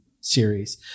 series